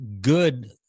good